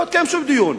לא התקיים שום דיון.